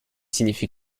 signifie